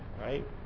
Right